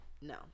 No